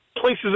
places